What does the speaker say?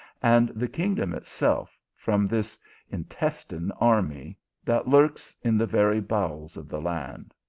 and the kingdom itself, from this intestine army that lurks in the very bowels of the land.